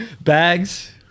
Bags